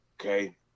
Okay